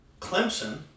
Clemson